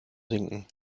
sinken